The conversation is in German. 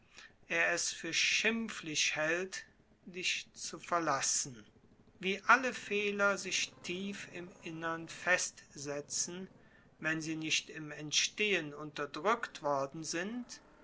er es für schimpflich hält dich zu verlassen wie alle fehler sich tief im innern festsetzen wenn sie nicht im entstehen unterdrückt worden sind